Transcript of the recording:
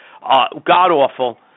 God-awful